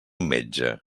metge